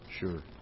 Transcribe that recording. Sure